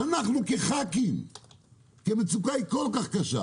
כי המצוקה כל כך קשה.